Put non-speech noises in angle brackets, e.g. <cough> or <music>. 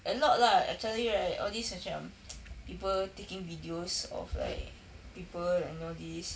a lot lah I tell you right all these macam <noise> people taking videos of like people and all these